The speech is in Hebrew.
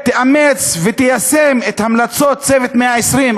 ותאמץ ותיישם את המלצות "צוות 120 הימים",